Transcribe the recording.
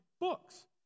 books